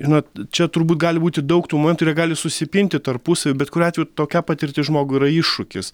žinot čia turbūt gali būti daug tų momentų ir jie gali susipinti tarpusavy bet kuriuo atveju tokia patirtis žmogui yra iššūkis